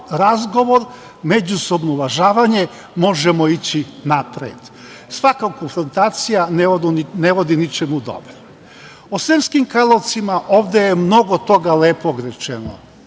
razgovor, međusobno uvažavanje možemo ići napred. Svaka konfrontacija ne vodi ničemu dobrom.O Sremskim Karlovcima ovde je mnogo toga lepog rečeno.